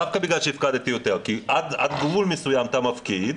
דווקא בגלל שהפקדתי יותר כי עד גבול מסוים אתה מפקיד,